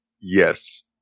Yes